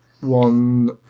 one